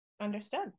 Understood